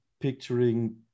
picturing